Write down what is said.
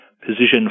position